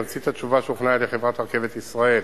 תמצית התשובה שהוכנה על-ידי חברת "רכבת ישראל":